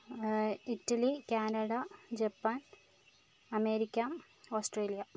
Italy Canada Japan America Australia